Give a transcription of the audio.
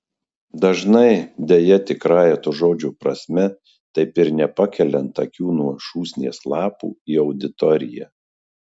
dažnai deja tikrąja to žodžio prasme taip ir nepakeliant akių nuo šūsnies lapų į auditoriją